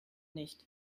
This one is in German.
nicht